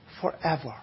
forever